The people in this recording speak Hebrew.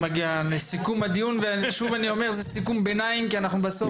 סיכום הדיון הוא סיכום ביניים כי אנחנו בסוף